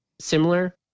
similar